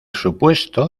supuesto